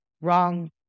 wrong